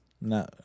No